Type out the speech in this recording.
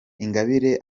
ingabire